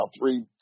three